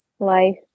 Life